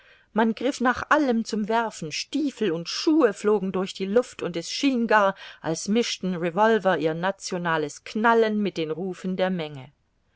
man griff nach allem zum werfen stiefel und schuhe flogen durch die luft und es schien gar als mischten revolver ihr nationales knallen mit den rufen der menge